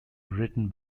written